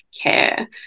care